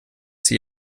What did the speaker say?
sie